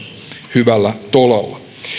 hyvällä tolalla